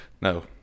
No